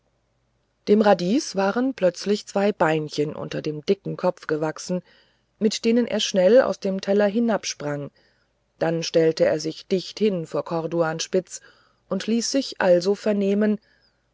dem radies waren plötzlich zwei beinchen unter dem dicken kopf gewachsen mit denen er schnell aus dem teller hinabsprang dann stellte er sich dicht hin vor corduanspitz und ließ sich also vernehmen